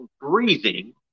breathing